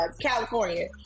California